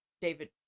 david